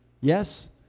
Yes